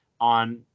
on